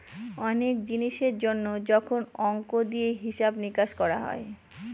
অনেক জিনিসের জন্য যখন অংক দিয়ে হিসাব নিকাশ করা হয়